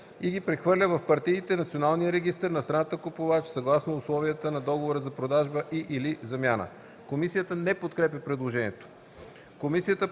и ги прехвърля в партидите/националния регистър на страната купувач съгласно условията на договора за продажба и/или замяна.” Комисията не подкрепя предложението.